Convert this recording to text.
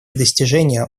достижения